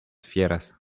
fieras